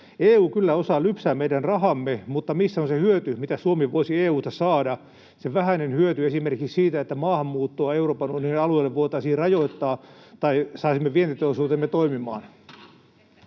EU kyllä osaa lypsää meidän rahamme, mutta missä on se hyöty, mitä Suomi voisi EU:lta saada, se vähäinen hyöty esimerkiksi siitä, että maahanmuuttoa Euroopan unionin alueelle voitaisiin rajoittaa,